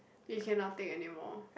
you cannot take anymore